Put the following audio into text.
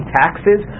taxes